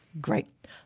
Great